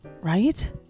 right